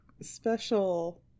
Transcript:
special